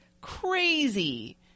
crazy